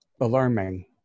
alarming